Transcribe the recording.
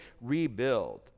rebuild